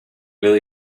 will